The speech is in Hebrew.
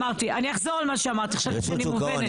אני אחזור על מה שאמרתי, חשבתי שאני מובנת.